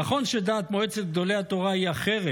נכון שדעת מועצת גדולי התורה היא אחרת,